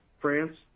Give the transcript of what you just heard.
France